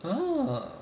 !huh!